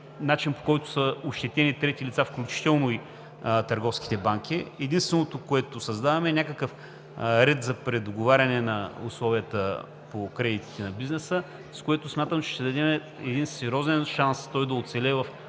начин, по който са ощетени трети лица, включително и търговските банки. Единственото, което създаваме, е някакъв ред за предоговаряне на условията по кредитите на бизнеса, с което смятам, че ще дадем сериозен шанс той да оцелее в